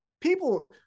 people